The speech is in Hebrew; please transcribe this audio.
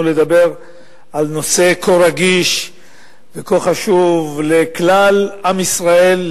שמאפשר לנו לדבר על נושא כה רגיש וכה חשוב לכלל עם ישראל,